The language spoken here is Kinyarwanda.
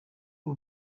ubu